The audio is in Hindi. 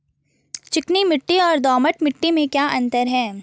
चिकनी मिट्टी और दोमट मिट्टी में क्या क्या अंतर है?